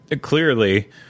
clearly